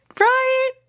right